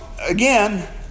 again